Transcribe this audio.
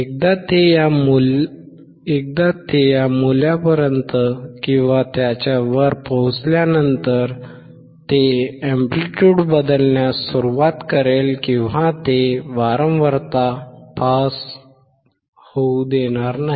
एकदा ते या मूल्यापर्यंत किंवा त्याच्या वर पोहोचल्यानंतर ते एंप्लिट्युड बदलण्यास सुरवात करेल किंवा ते वारंवारता पास होऊ देणार नाही